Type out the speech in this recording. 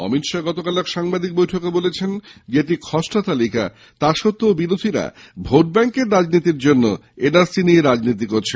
অমিত শাহ গতকাল এক সাংবাদিক বৈঠকে বলেছেন এটি খসড়া তালিকা তা সত্বেও বিরোধীরা ভোট ব্যাঙ্কের জন্য এন আর সি নিয়ে রাজনীতি করছে